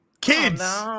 Kids